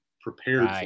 prepared